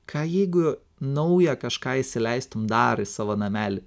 ką jeigu naują kažką įsileistum dar į savo namelį